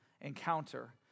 Encounter